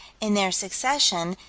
in their succession,